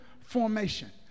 formation